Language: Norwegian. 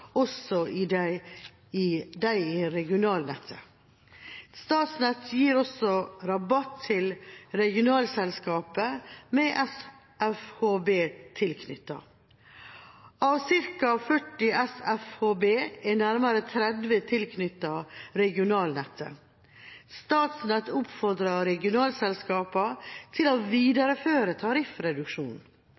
også dem i regionalnettet. Statnett gir også rabatt til regionalnettselskap med SFHB tilknyttet. Av ca. 40 SFHB er nærmere 30 tilknyttet regionalnettet. Statnett oppfordrer regionalnettselskapene til å videreføre tariffreduksjonen.